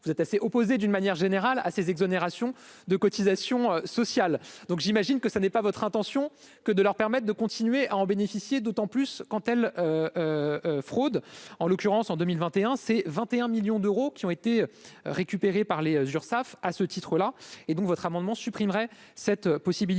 vous êtes assez opposées d'une manière générale à ces exonérations de cotisations sociales, donc j'imagine que ça n'est pas votre intention que de leur permettent de continuer à en bénéficier, d'autant plus quand elle fraude en l'occurrence, en 2021 c'est 21 millions d'euros qui ont été. Récupéré par les Urssaf à ce titre-là, et donc votre amendement supprimerait cette possibilité